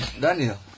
Daniel